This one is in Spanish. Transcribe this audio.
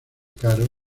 caro